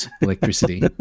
electricity